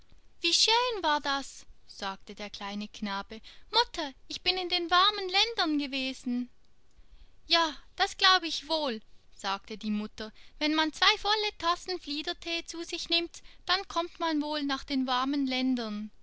wie schön war das sagte der kleine knabe mutter ich bin in den warmen ländern gewesen ja das glaube ich wohl sagte die mutter wenn man zwei volle tassen fliederthee zu sich nimmt dann kommt man wohl nach den warmen ländern